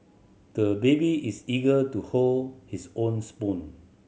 the baby is eager to hold his own spoon